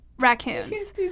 raccoons